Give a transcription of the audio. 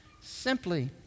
simply